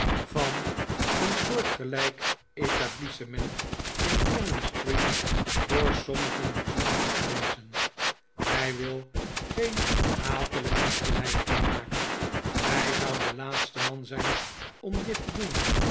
van een soortgelijk etablissement in cannon street door sommigen bijzonder geprezen hij wil geen hatelijke vergelijkingen maken hij zou de laatste man zijn om dit te doen